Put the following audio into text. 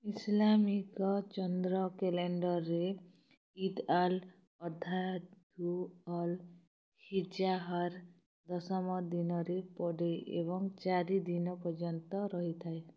Islamic ଚନ୍ଦ୍ର କ୍ୟାଲେଣ୍ଡରରେ ଇଦ୍ ଆଲ ଅଧା ଧୁ ଅଲ୍ ହିଜାହର୍ ଦଶମ ଦିନରେ ପଡ଼େ ଏବଂ ଚାରି ଦିନ ପର୍ଯ୍ୟନ୍ତ ରହିଥାଏ